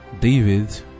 David